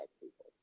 people